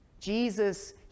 Jesus